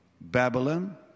Babylon